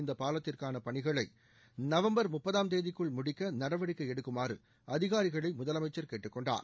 இந்த பாலத்திற்கான பணிகளை நவம்பர் முப்பதாம் தேதிக்குள் முடிக்க நடவடிக்கை எடுக்குமாறு அதிகாரிகளை முதலமைச்சர் கேட்டுக்கொண்டார்